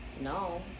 No